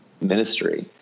ministry